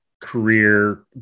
career